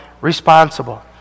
responsible